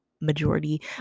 majority